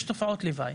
יש תופעות לוואי.